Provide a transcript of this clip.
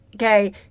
Okay